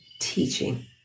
teaching